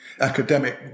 academic